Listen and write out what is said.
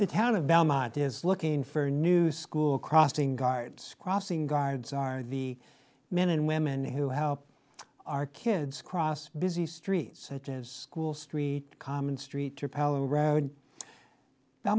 the town of belmont is looking for new school crossing guards crossing guards are the men and women who help our kids cross busy street such as school street common street